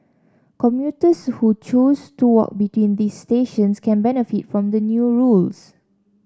commuters who choose to walk between these stations can benefit from the new rules